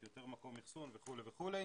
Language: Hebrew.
יותר מקום אחסון וכו' וכו'.